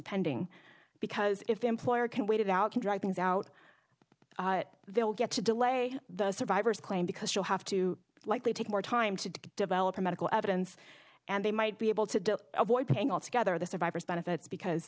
pending because if the employer can wait it out and write things out they'll get to delay the survivors claim because you'll have to likely take more time to develop the medical evidence and they might be able to avoid paying altogether the survivor's benefits because